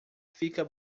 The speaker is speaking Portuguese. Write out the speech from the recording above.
fica